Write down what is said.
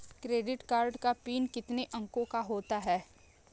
Credit card का PIN कितने अंकों का होता है?